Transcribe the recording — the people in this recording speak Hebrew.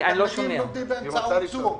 תלמידים לומדים באמצעות זום.